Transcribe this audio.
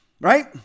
right